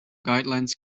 guidelines